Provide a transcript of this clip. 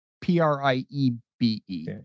P-R-I-E-B-E